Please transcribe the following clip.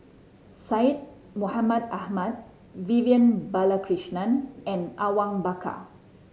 Syed Mohamed Ahmed Vivian Balakrishnan and Awang Bakar